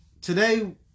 today